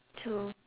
true